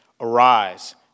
Arise